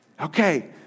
Okay